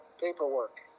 paperwork